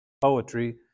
poetry